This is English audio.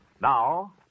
Now